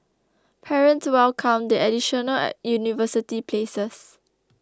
parents welcomed the additional university places